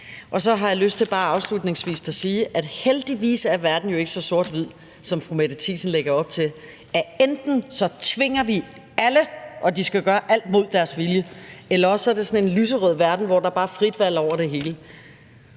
Så har jeg lyst til bare afslutningsvis at sige, at heldigvis er verden jo ikke så sort-hvid, som fru Mette Thiesen lægger op til, altså at enten tvinger vi alle, hvor de skal gøre alt mod deres vilje, eller også er det sådan en lyserød verden, hvor der bare er frit valg over det hele.